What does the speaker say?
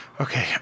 Okay